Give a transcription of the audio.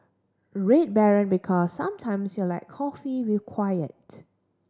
Red Baron Because sometimes you like coffee with quiet